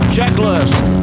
Checklist